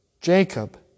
Jacob